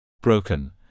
broken